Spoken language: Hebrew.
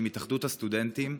עם התאחדות הסטודנטים.